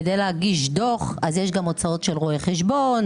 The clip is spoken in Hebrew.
כדי להגיש דוח אז יש גם הוצאות של רואה חשבון.